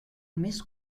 més